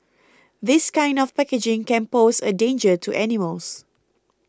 this kind of packaging can pose a danger to animals